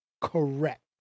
Correct